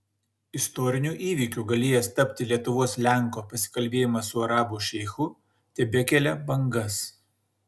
istoriniu įvykiu galėjęs tapti lietuvos lenko pasikalbėjimas su arabų šeichu tebekelia bangas